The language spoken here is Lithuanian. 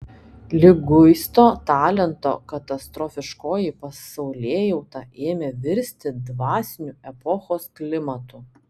liguisto talento katastrofiškoji pasaulėjauta ėmė virsti dvasiniu epochos klimatu